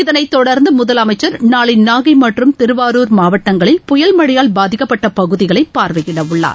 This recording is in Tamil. இதனைத் தொடர்ந்து முதலமைச்சர் நாளை நாகை மற்றும் திருவாருர் மாவட்டங்களில் புயல் மழையால் பாதிக்கப்பட்ட பகுதிகளை பார்வையிட உள்ளார்